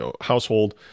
household